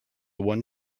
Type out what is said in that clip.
one